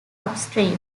upstream